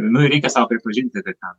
nu reikia sau pripažinti kad ten